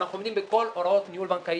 אנחנו עומדים בכל הוראות ניהול בנקאי